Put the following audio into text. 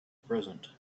present